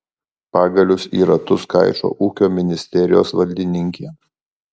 pagalius į ratus kaišo ūkio ministerijos valdininkė